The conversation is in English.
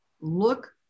look